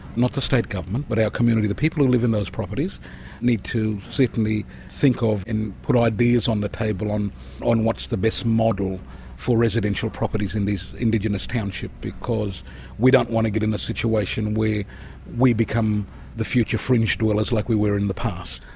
not the state government, but our community, the people who live in those properties need to certainly think of and put ideas on the table on on what's the best model for residential properties in this indigenous township, because we don't want to get in a situation where we become the future fringe dwellers, like we were in the past.